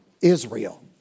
Israel